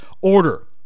order